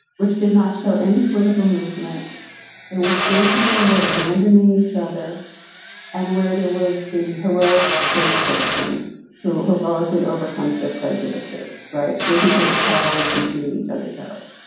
which did not show any political movement in which gay people were abandoning each other and where there was the heroic straight person who heroically overcomes their prejudices. right. gay people were cowards and treating each other terrible.